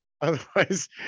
otherwise